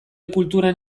kulturan